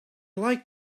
like